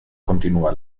continúa